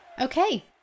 Okay